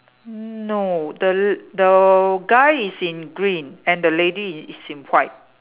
n~ no the the guy is in green and the lady is is in white